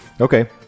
Okay